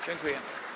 Dziękuję.